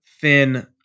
thin